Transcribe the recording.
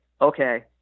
Okay